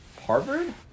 Harvard